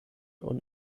und